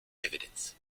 evidence